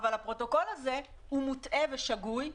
אבל הפרוטוקול הזה מוטעה ושגוי.